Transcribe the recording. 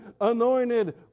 anointed